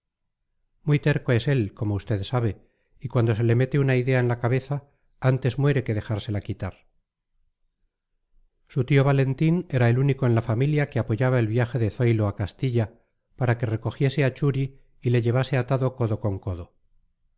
muy terco es él como usted sabe y cuando se le mete una idea en la cabeza antes muere que dejársela quitar su tío valentín era el único en la familia que apoyaba el viaje de zoilo a castilla para que recogiese a churi y le llevase atado codo con codo